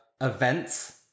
events